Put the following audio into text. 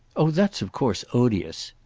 oh that's of course odious.